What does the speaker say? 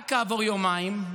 רק כעבור יומיים,